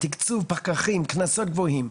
תקצוב, פקחים, קנסות גבוהים.